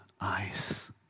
eyes